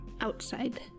Outside